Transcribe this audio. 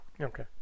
Okay